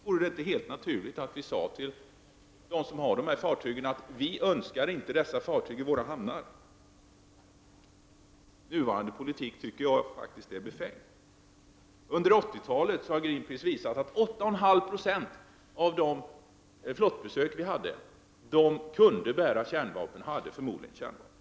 Vore det då inte helt naturligt att vi säger till dessa stater: Dessa fartyg är inte önskvärda i våra hamnar. Jag anser att nuvarande politik är befängd. Greenpeace har visat att det vid 8,5 90 av de flottbesök som Sverige hade under 1980-talet medföljde fartyg som kunde bära kärnvapen och som förmodligen hade kärnvapen ombord.